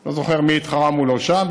אני לא זוכר מי התחרה מולו שם,